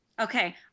Okay